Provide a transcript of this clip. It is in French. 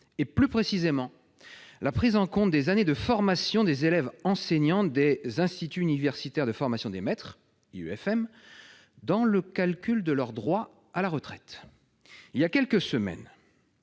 plus précisément la prise en compte des années de formation des élèves enseignants des instituts universitaires de formation des maîtres, les IUFM, dans le calcul de leurs droits à la retraite. Il y a quelques semaines,